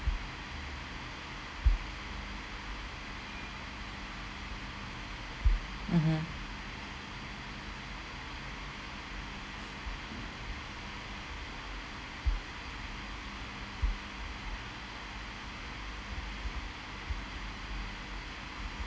mmhmm